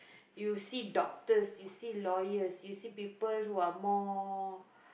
you see doctors you see lawyers you see people who are more